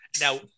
Now